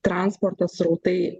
transporto srautai